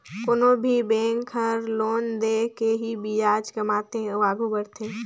कोनो भी बेंक हर लोन दे के ही बियाज कमाथे अउ आघु बड़थे